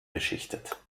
beschichtet